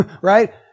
right